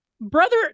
brother